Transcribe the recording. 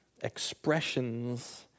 expressions